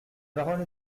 parole